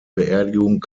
beerdigung